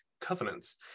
covenants